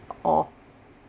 oh